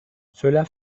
cela